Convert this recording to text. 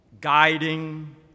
guiding